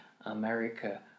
America